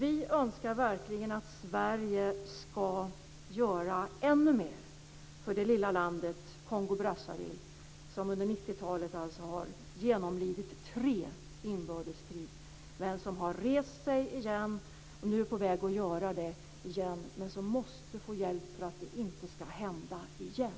Vi önskar verkligen att Sverige ska göra ännu mer för det lilla landet Kongo-Brazzaville, som under 90-talet har genomlidit tre inbördeskrig. Landet har rest sig igen tidigare, och landet är på väg att göra det igen. Landet måste få hjälp för att detta inte ska hända igen.